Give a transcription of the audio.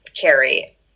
carry